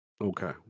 okay